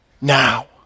now